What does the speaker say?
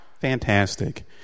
Fantastic